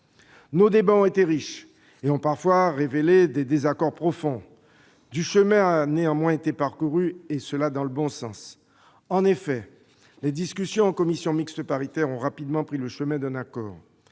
Nos débats ont été riches et ont parfois révélé des désaccords profonds. Nous avons néanmoins parcouru du chemin dans le bon sens et les discussions en commission mixte paritaire se sont rapidement orientées vers un accord.